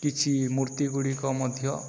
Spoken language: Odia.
କିଛି ମୂର୍ତ୍ତି ଗୁଡ଼ିକ ମଧ୍ୟ